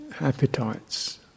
appetites